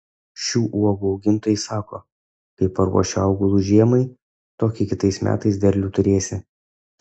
šių uogų augintojai sako kaip paruoši augalus žiemai tokį kitais metais derlių turėsi